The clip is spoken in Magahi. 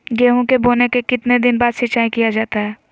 गेंहू के बोने के कितने दिन बाद सिंचाई किया जाता है?